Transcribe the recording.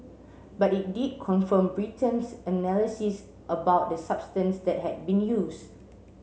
but it did confirm Britain's analysis about the substance that had been used